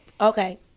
Okay